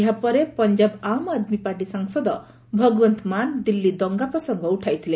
ଏହାପରେ ପଞ୍ଜାବ ଆମ୍ ଆଦ୍ମୀପାର୍ଟି ସାଂସଦ ଭଗୱନ୍ତ ମାନ୍ ଦିଲ୍ଲୀ ଦଙ୍ଗା ପ୍ରସଙ୍ଗ ଉଠାଇଥିଲେ